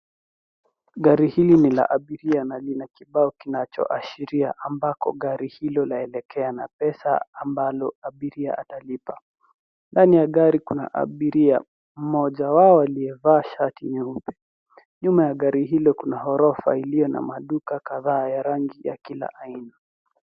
Gari hili ni la abiria na lina kibao kinachashiria ambako gari hili laelekea na pesa ambalo abiria atalipa. Ndani ya gari kuna abiria mmoja wao aliyevaa shati nyeupe. Nyuma ya gari hilo kuna ghorofa iliyo na maduka kadhaa ya rangi ya kila aina.